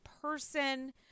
person